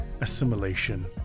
Assimilation